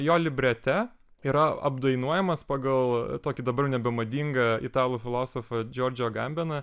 jo librete yra apdainuojamas pagal tokį dabar nebemadingą italų filosofą džordžio gambeną